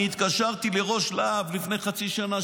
אני התקשרתי לראש להב לפני חצי שנה,